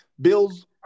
Bills